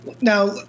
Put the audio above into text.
now